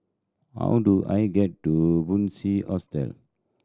how do I get to Bunc Hostel